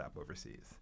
overseas